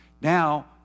Now